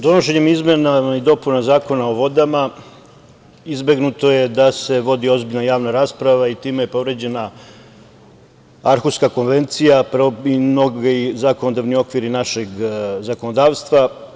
Donošenjem izmena i dopuna Zakona o vodama izbegnuto je da se vodi ozbiljna javna rasprava i time je povređena Arhuska konvencija i mnogi zakonodavni okviri našeg zakonodavstva.